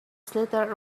slithered